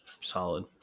Solid